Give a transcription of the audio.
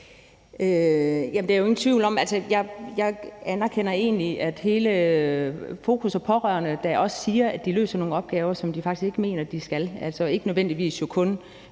jeg anerkender det egentlig – at der er pårørende, der også siger, at de løser nogle opgaver, som de faktisk ikke mener at de skal. Det er nok ikke nødvendigvis tunge